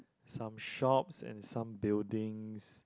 some shops and some buildings